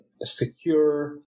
secure